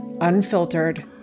unfiltered